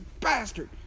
bastard